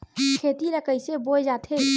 खेती ला कइसे बोय जाथे?